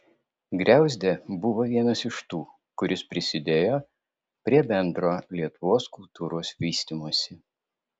griauzdė buvo vienas iš tų kuris prisidėjo prie bendro lietuvos kultūros vystymosi